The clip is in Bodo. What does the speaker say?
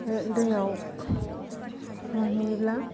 बे दैयाव मोनहैयोब्ला